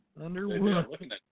Underwood